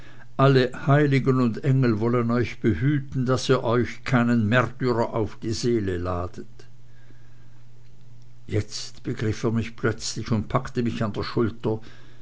alle heiligen und engel wollen euch behüten daß ihr euch keinen märtyrer auf die seele ladet jetzt begriff er mich plötzlich und packte mich an der schulter